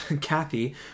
Kathy